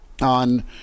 On